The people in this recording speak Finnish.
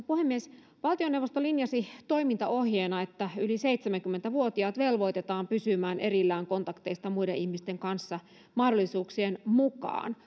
puhemies valtioneuvosto linjasi toimintaohjeena että yli seitsemänkymmentä vuotiaat velvoitetaan pysymään erillään kontakteista muiden ihmisten kanssa mahdollisuuksien mukaan